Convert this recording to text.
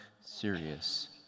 serious